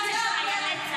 תקשיבי לה, מה היא אומרת.